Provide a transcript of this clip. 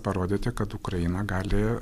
parodyti kad ukraina gali